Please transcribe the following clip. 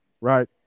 right